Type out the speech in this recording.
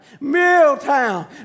Milltown